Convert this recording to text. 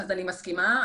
אני מסכימה.